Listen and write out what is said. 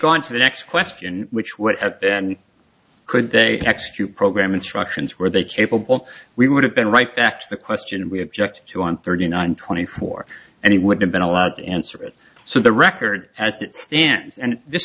gone to the next question which would have been could they execute program instructions were they capable we would have been right back to the question we have joked to on thirty nine twenty four and he would have been allowed to answer it so the record as it stands and this